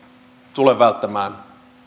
tulen välttämään